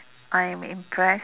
I'm impressed